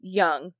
young